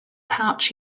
pouch